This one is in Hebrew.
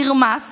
נרמס